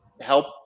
help